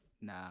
Nah